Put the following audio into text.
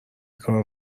کار